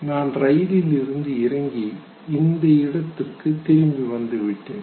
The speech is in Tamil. நான் ரயிலில் இருந்து இறங்கி இந்த இடத்திற்கு திரும்பி வந்துவிட்டேன்